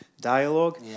dialogue